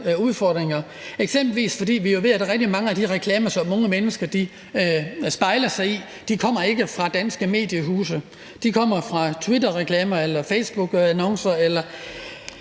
eksempelvis fordi vi jo ved, at rigtig mange af de reklamer, som unge mennesker spejler sig i, ikke kommer fra danske mediehuse. De kommer fra twitterreklamer eller facebookannoncer